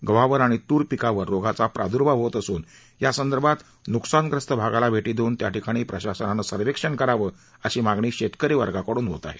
गव्हावर आणि तूर पिकावर रोगाचा प्रादर्भाव होत असून यासंदर्भात न्कसानग्रस्त भागाला भेटी देऊन त्या ठिकाणी प्रशासनानं सर्वेक्षण करावं अशी मागणी शेतकरी वर्गाकडून होत आहे